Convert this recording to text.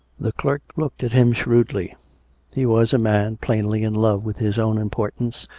the clerk looked at him shrewdly he was a man plainly in love with his own importance,